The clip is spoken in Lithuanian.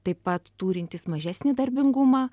taip pat turintys mažesnį darbingumą